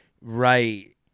right